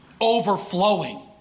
overflowing